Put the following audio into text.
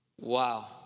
Wow